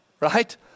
right